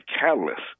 catalyst